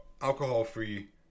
alcohol-free